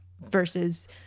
versus